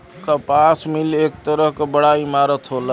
कपास मिल एक तरह क बड़ा इमारत होला